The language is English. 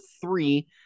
three